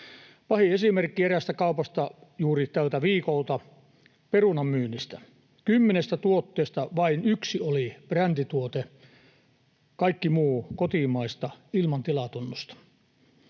Pahin esimerkki eräästä kaupasta juuri tältä viikolta perunan myynnistä: kymmenestä tuotteesta vain yksi oli brändituote, kaikki muu kotimaista, ilman tilatunnusta.